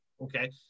Okay